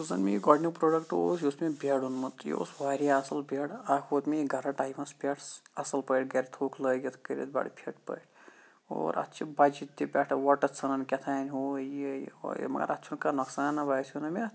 یُس زَن مےٚ یہِ گۄڈٕنِیُک پروڈَیکٹ اوس یہِ اوس مےٚ بیٚڑ اونٛمُت یہِ اوس واریاہ اَصِل بیٚڑ اَکھ ووت مےٚ یہِ گَرٕ ٹایمَس پٮ۪ٹھ اَصِل پٲٹھۍ گَرٕ تھووُکھ لٲگِتھ کٔرِتھ بَڑٕ فٹ پٲٹھۍ اور اَتھ چھِ بَچہِ تہٕ پٮ۪ٹھٕ وۄٹہِ ژھٕنان کیٚتھانۍ ہُوٚ یہِ یُہے مَگَر اَتھ چھُنہِ کانٛہہ نوٚقصانہ باسیٚو نہِ مےٚ